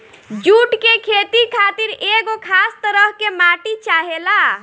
जुट के खेती खातिर एगो खास तरह के माटी चाहेला